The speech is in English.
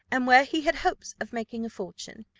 and where he had hopes of making a fortune,